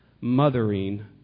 mothering